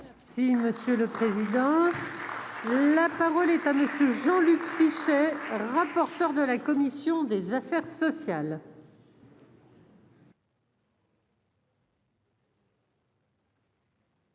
Si Monsieur le Président. Parole établissent Jean-Luc Fichet. Rapporteur de la commission des affaires sociales.